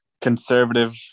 conservative